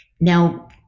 Now